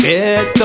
Get